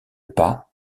pas